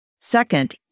Second